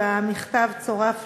והמכתב צורף